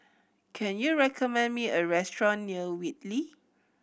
can you recommend me a restaurant near Whitley